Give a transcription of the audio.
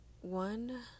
one